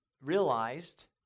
realized